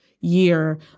year